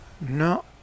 No